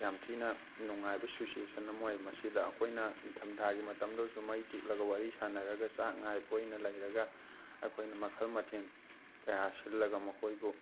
ꯌꯥꯝ ꯊꯤꯅ ꯅꯨꯡꯉꯥꯏꯕ ꯁꯤꯆꯨꯋꯦꯁꯟ ꯑꯃ ꯑꯣꯏ ꯃꯁꯤꯗ ꯑꯩꯈꯣꯏꯅ ꯏꯪꯊꯝꯊꯥꯒꯤ ꯃꯇꯝꯗ ꯑꯣꯏꯔꯁꯨ ꯃꯩ ꯇꯤꯛꯂꯒ ꯋꯥꯔꯤ ꯁꯥꯟꯅꯔꯒ ꯆꯥꯛ ꯉꯥꯏꯕ ꯑꯣꯏꯅ ꯂꯩꯔꯒ ꯑꯩꯈꯣꯏꯅ ꯃꯈꯜ ꯃꯊꯦꯜ ꯀꯌꯥ ꯁꯤꯜꯂꯒ ꯃꯈꯣꯏꯕꯨ